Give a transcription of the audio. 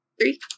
three